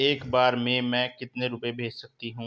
एक बार में मैं कितने रुपये भेज सकती हूँ?